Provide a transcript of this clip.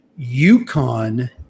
UConn